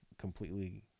completely